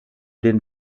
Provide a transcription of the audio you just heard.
den